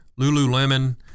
Lululemon